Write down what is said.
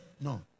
no